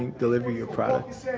and deliver your products